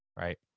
right